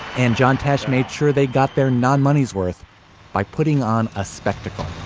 and john tesh made sure they got their non money's worth by putting on a spectacle